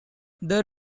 there